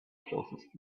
closest